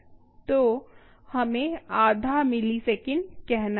तो हमें आधा मिलीसेकंड कहना चाहिए